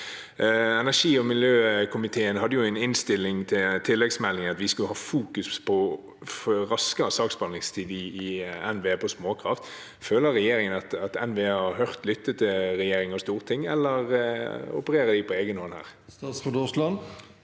Energi- og miljøkomiteen hadde en innstilling til tilleggsmeldingen om at vi skulle fokusere på raskere saksbehandlingstid i NVE på småkraft. Føler regjeringen at NVE har lyttet til regjering og storting, eller opererer de på egen hånd her? Statsråd Terje